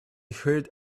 heard